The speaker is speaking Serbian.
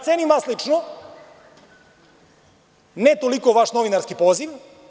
Cenim vas lično, ne toliko vaš novinarski poziv.